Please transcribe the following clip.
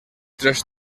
tres